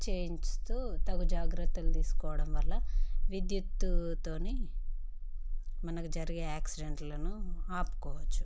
చేయిస్తు తగు జాగ్రత్తలు తీసుకోవడం వల్ల విద్యుత్తో మనకు జరిగే యాక్సిడెంట్లను ఆపుకోవచ్చు